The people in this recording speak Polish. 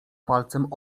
palcem